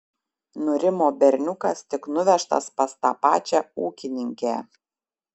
nurimo berniukas tik nuvežtas pas tą pačią ūkininkę